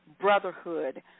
brotherhood